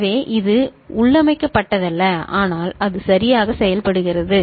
எனவே இது உள்ளமைக்கப்பட்டதல்ல ஆனால் அது சரியாக செயல்படுகிறது